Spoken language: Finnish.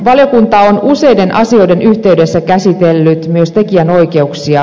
valiokunta on useiden asioiden yhteydessä käsitellyt myös tekijänoikeuksia